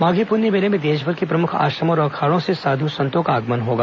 माधी पुन्नी मेले में देशभर के प्रमुख आश्रमों और अखाड़ों से साधु संतों का आगमन होगा